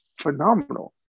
phenomenal